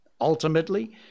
Ultimately